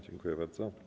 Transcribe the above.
Dziękuję bardzo.